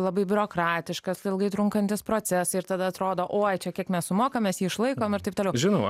labai biurokratiškas ilgai trunkantys procesai ir tada atrodo oi čia kiek mes sumokame mes išlaikome ir taip toliau žinoma